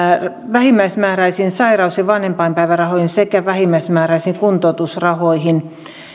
vähimmäismääräisiin sairaus ja vanhempainpäivärahoihin sekä vähimmäismääräisiin kuntoutusrahoihin